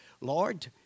Lord